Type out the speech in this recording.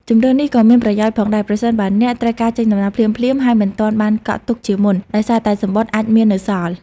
ជម្រើសនេះក៏មានប្រយោជន៍ផងដែរ ប្រសិនបើអ្នកត្រូវការចេញដំណើរភ្លាមៗ ហើយមិនទាន់បានកក់ទុកជាមុន ដោយសារតែសំបុត្រអាចមាននៅសល់។